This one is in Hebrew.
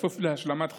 בכפוף להשלמת חקירה.